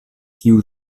kiu